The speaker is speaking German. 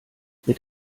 mit